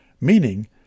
meaning